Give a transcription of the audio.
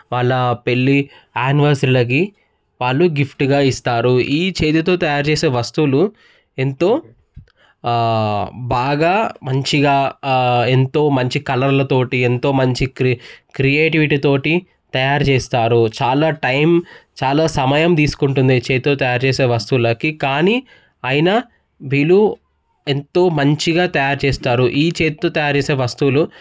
వాళ్ళ పెళ్ళి ఆనివర్స్లకి వాళ్ళు గిఫ్ట్గా ఇస్తారు ఈ చేతితో తయారు చేసే వస్తువులు ఎంతో బాగా మంచిగా ఎంతో మంచి కలర్లతో ఎంతో మంచి క్రియేటివిటీతో తయారు చేస్తారు చాలా టైం చాలా సమయం తీసుకుంటుంది చేతితో తయారు చేసే వస్తువులకి కానీ అయినా వీళ్ళు ఎంతో మంచిగా తయారు చేస్తారు ఈ చేతితో తయారు చేసే వస్తువులు